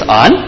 on